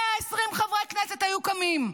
120 חברי כנסת היו קמים.